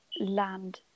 land